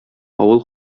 авыл